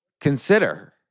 consider